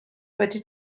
wedi